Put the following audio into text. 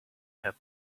had